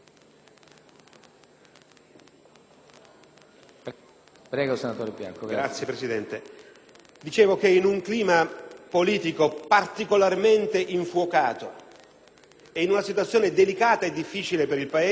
BIANCO *(PD)*. In un clima politico particolarmente infuocato e in una situazione delicata e difficile per il Paese,